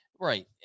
Right